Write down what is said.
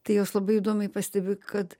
tai jos labai įdomiai pastebi kad